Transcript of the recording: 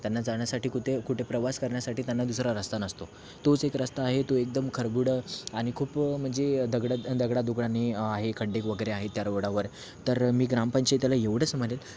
त्यांना जाण्यासाठी कुते कुठे प्रवास करण्यासाठी त्यांना दुसरा रस्ता नसतो तोच एक रस्ता आहे तो एकदम खरबुडा आणि खूप म्हणजे दगडं दगडादुगडांनी आहे खड्डे वगैरे आहेत त्या रोडावर तर मी ग्रामपंचायतला एवढंच म्हणेन